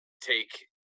take